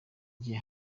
gihe